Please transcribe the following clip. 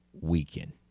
Weekend